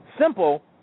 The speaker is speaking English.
Simple